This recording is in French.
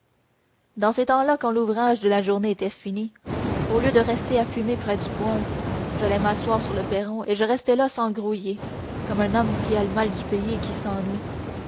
dans ces temps-là quand l'ouvrage de la journée était fini au lieu de rester à fumer près du poêle j'allais m'asseoir sur le perron et je restais là sans grouiller comme un homme qui a le mal du pays et qui s'ennuie